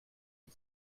wie